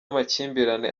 amakimbirane